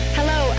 Hello